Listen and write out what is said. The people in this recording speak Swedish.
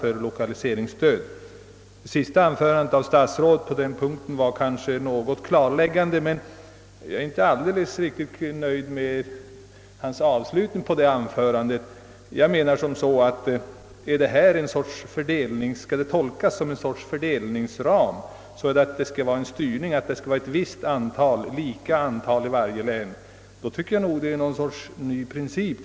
Statsrådets senaste anförande var kanske något klarläggande, men jag är inte helt nöjd med hans avslutning av det anförandet. Skall denna formulering tolkas som en fördelningsram, som en regel att det skall vara samma antal anläggningar i varje län, då inför man en ny princip.